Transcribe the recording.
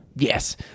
Yes